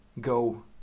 Go